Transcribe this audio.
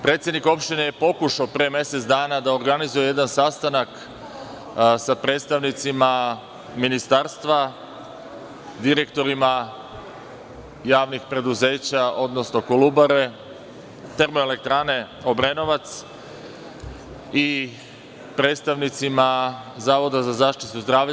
Predsednik opštine je pokušao pre mesec dana da organizuje jedan sastanak sa predstavnicima Ministarstva, direktorima javnih preduzeća, odnosno "Kolubare", Termoelektrane "Obrenovac" i predstavnicima Zavoda za zaštitu zdravlja.